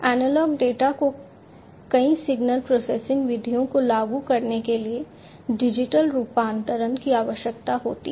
analogue data को कई signal processing विधियों को लागू करने के लिए डिजिटल रूपांतरण की आवश्यकता होती है